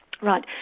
Right